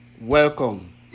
welcome